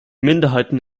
minderheiten